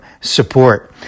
support